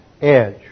edge